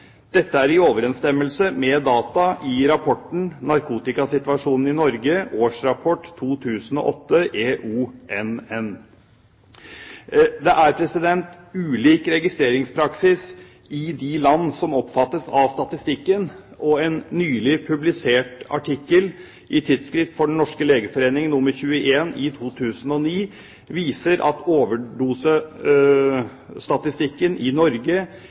Dette er i overensstemmelse med data i rapporten Narkotikasituasjonen i Europa, Årsrapport 2008 fra EONN. Det er ulik registreringspraksis i de land som omfattes av statistikken, og en nylig publisert artikkel i Tidsskrift for Den norske Legeforening nr. 21 i 2009 viser at overdosestatistikken i Norge